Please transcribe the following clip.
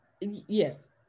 Yes